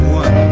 one